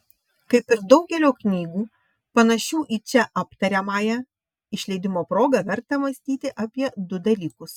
kaip ir daugelio knygų panašių į čia aptariamąją išleidimo proga verta mąstyti apie du dalykus